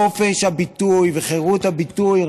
חופש הביטוי וחירות הביטוי,